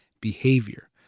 behavior